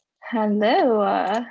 Hello